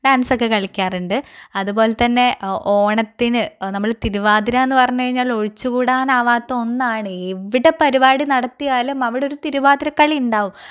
ഡാൻസൊക്കെ കളിക്കാറുണ്ട് അതുപോലെതന്നെ ഓണത്തിന് നമ്മൾ തിരുവാതിര എന്നുപറഞ്ഞുകഴിഞ്ഞാൽ ഒഴിച്ചുകൂടാനാവാത്ത ഒന്നാണ് ഈ എവിടെ പരിപാടി നടത്തിയാലും അവിടെ ഒരു തിരുവാതിര കളി ഉണ്ടാകും